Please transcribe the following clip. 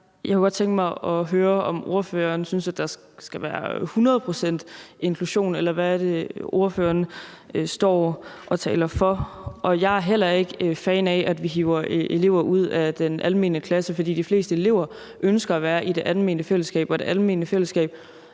Jeg kunne godt tænke mig at høre, om ordføreren synes, der skal være 100 pct. inklusion, eller hvad er det, ordføreren står og taler for? Jeg er heller ikke fan af, at vi hiver elever ud af den almene klasse, for de fleste elever ønsker at være i det almene fællesskab og det almene fællesskab